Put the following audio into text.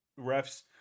refs